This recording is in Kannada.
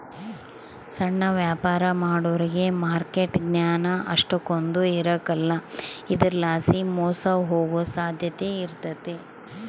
ಸಣ್ಣ ವ್ಯಾಪಾರ ಮಾಡೋರಿಗೆ ಮಾರ್ಕೆಟ್ ಜ್ಞಾನ ಅಷ್ಟಕೊಂದ್ ಇರಕಲ್ಲ ಇದರಲಾಸಿ ಮೋಸ ಹೋಗೋ ಸಾಧ್ಯತೆ ಇರ್ತತೆ